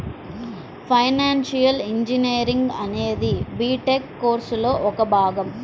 financial engineering అనేది BTech కోర్సులో ఒక భాగం